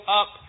up